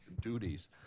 duties